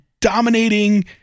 dominating